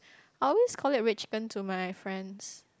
I always called it red chicken to my friends